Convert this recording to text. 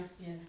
Yes